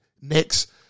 next